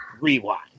Rewind